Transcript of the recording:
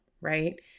right